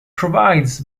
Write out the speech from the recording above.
provides